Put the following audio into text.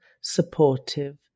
supportive